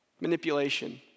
manipulation